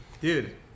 Dude